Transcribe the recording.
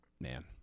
man